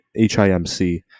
HIMC